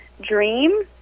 Dream